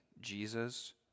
jesus